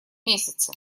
месяце